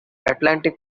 atlantic